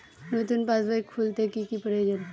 নতুন পাশবই খুলতে কি কি প্রয়োজন?